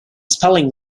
spelling